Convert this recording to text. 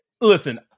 Listen